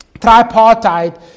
tripartite